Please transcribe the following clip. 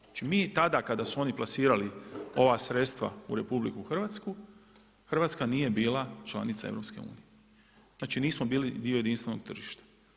Znači mi tada kada su oni plasirali ova sredstva u RH Hrvatska nije bila članica EU, znači nismo bili dio jedinstvenog tržišta.